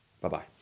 Bye-bye